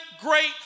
great